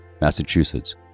Massachusetts